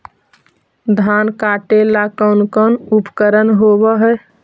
धान काटेला कौन कौन उपकरण होव हइ?